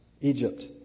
Egypt